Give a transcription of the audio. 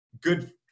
good